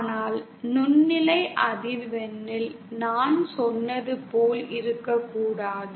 ஆனால் நுண்ணலை அதிர்வெண்ணில் நான் சொன்னது போல் இருக்கக்கூடாது